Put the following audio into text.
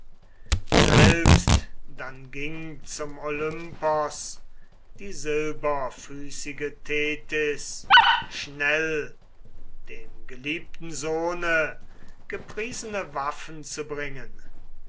selbst dann ging zum olympos die silberfüßige thetys schnell dem geliebten sohne gepriesene waffen zu bringen